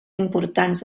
importants